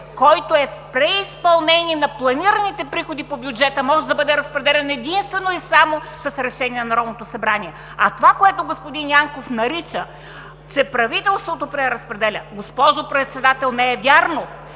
който е в преизпълнение на планираните приходи по бюджета, може да бъде разпределян единствено и само с решение на Народното събрание. А това, което господин Янков изрича, че правителството преразпределя, госпожо Председател, не е вярно!